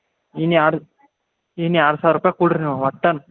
ಇನ್ನೂ ಎರಡು ಇನ್ನೂ ಎರಡು ಸಾವಿರ ರೂಪಾಯಿ ಕೊಡಿರಿ ನೀವು ಒಟ್ಟ